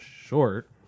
short